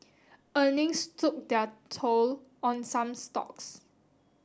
earnings took their toll on some stocks